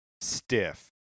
Stiff